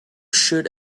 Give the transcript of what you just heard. should